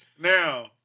Now